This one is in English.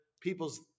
people's